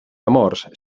amors